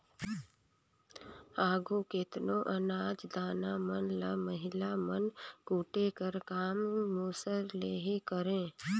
आघु केतनो अनाज दाना मन ल महिला मन कूटे कर काम मूसर ले ही करें